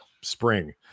spring